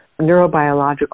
neurobiological